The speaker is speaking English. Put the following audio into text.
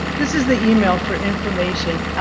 this is the email for information.